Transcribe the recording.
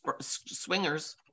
Swingers